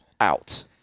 out